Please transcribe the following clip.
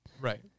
Right